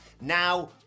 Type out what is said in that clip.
Now